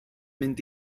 mynd